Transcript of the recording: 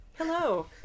Hello